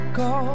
go